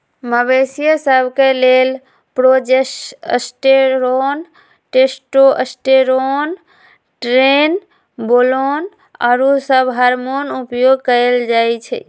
मवेशिय सभ के लेल प्रोजेस्टेरोन, टेस्टोस्टेरोन, ट्रेनबोलोन आउरो सभ हार्मोन उपयोग कयल जाइ छइ